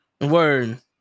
Word